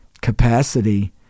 capacity